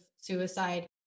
suicide